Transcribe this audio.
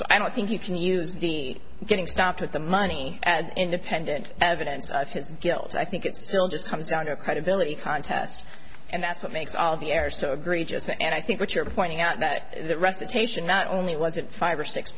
so i don't think you can use the getting stopped with the money as independent evidence of his guilt i think it still just comes down to a credibility contest and that's what makes all the air so egregious and i think what you're pointing out that the recitation not only was it five or six